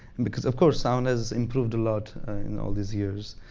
because of course, sound has improved a lot in all these years.